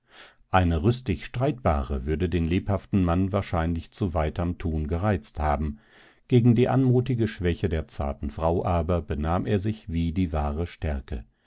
eine rüstig streitbare würde den lebhaften mann wahrscheinlich zu weiterm tun gereizt haben gegen die anmutige schwäche der zarten frau aber benahm er sich wie die wahre stärke